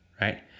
right